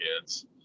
kids